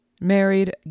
married